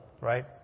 right